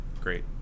Great